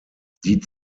die